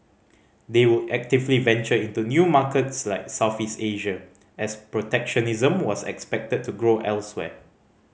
they would actively venture into new markets like Southeast Asia as protectionism was expected to grow elsewhere